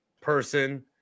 person